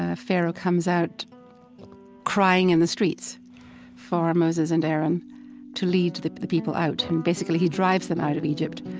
ah pharaoh comes out crying in the streets for moses and aaron to lead the the people out. and basically he drives them out of egypt,